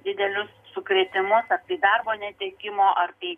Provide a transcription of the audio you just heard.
didelius sukrėtimus ar tai darbo netekimo ar tai